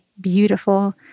beautiful